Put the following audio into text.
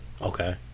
Okay